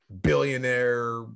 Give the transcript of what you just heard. billionaire